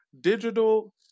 digital